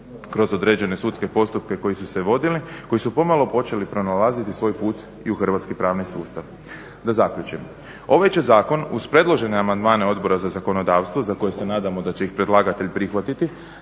kroz određene sudske postupke koji su se vodili koji su pomalo počeli pronalaziti svoj put i u hrvatski pravni sustav. Da zaključim, ovaj će zakon uz predložene amandmane Odbora za zakonodavstvo za koje se nadamo da će ih predlagatelj prihvatiti,